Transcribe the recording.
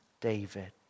David